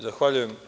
Zahvaljujem.